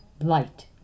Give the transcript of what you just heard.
light